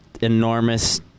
enormous